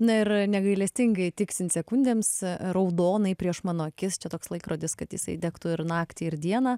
na ir negailestingai tiksint sekundėms raudonai prieš mano akis čia toks laikrodis kad jisai degtų ir naktį ir dieną